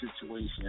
situation